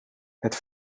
het